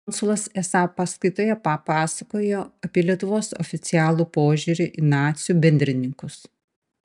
konsulas esą paskaitoje papasakojo apie lietuvos oficialų požiūrį į nacių bendrininkus